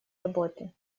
работе